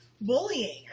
bullying